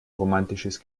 romatisches